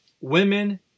women